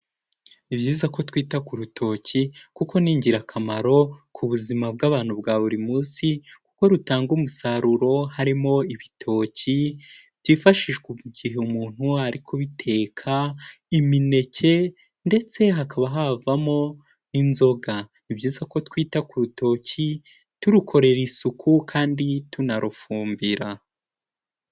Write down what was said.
Ni byiza ko twita ku rutoki kuko ni ingirakamaro ku buzima bw'abantu bwa buri munsi, kuko rutanga umusaruro harimo ibitoki byifashishwa igihe umuntu ari kubiteka, imineke, ndetse hakaba havamo inzoga, ni byiza ko twita ku rutoki turukorera isuku kandi tunarufumbira.